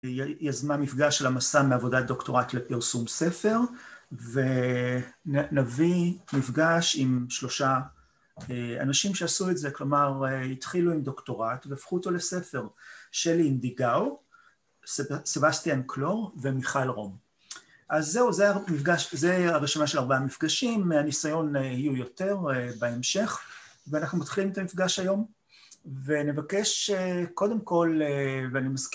יזמה מפגש של המסע מעבודת דוקטורט לפרסום ספר, ונביא מפגש עם שלושה אנשים שעשו את זה, כלומר, התחילו עם דוקטורט והפכו אותו לספר, שלי עם דיגאו, סבסטיאן קלור ומיכאל רום. אז זהו, זה הרשימה של ארבעה מפגשים, מהניסיון יהיו יותר בהמשך, ואנחנו מתחילים את המפגש היום, ונבקש קודם כול, ואני מז